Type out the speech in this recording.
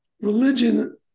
Religion